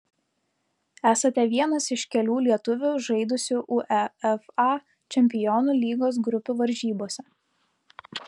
esate vienas iš kelių lietuvių žaidusių uefa čempionų lygos grupių varžybose